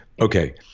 okay